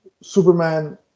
Superman